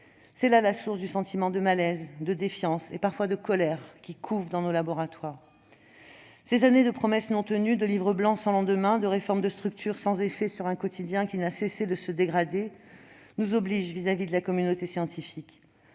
C'est là la source du sentiment de malaise, de défiance et parfois de colère qui couve dans nos laboratoires. Ces années de promesses non tenues, de livres blancs sans lendemain et de réformes de structure sans effet sur un quotidien qui n'a cessé de se dégrader nous obligent à l'égard de la communauté scientifique.